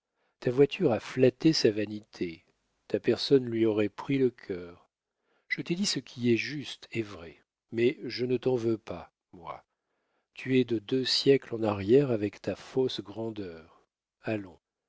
ta voiture a flatté sa vanité ta personne lui aurait pris le cœur je t'ai dit ce qui est juste et vrai mais je ne t'en veux pas moi tu es de deux siècles en arrière avec ta fausse grandeur allons